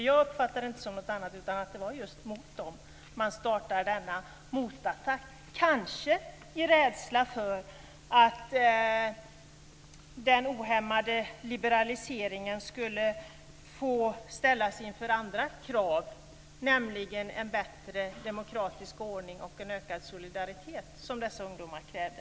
Jag uppfattar det så att det var just mot dem som man startade denna motattack - kanske i rädsla för att den ohämmade liberaliseringen skulle ställas inför andra krav, nämligen en bättre demokratisk ordning och en ökad solidaritet, som dessa ungdomar krävde.